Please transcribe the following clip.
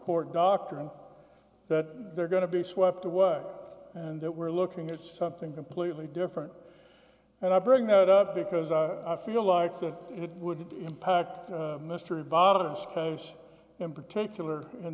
court doctrine that they're going to be swept away and that we're looking at something completely different and i bring that up because i feel like that it would impact mr bott of this case in particular in